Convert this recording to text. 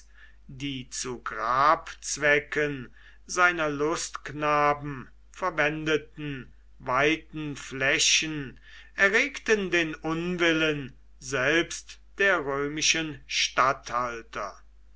die zu grabzwecken seiner lustknaben verwendeten weiten flächen erregten den unwillen selbst der römischen statthalter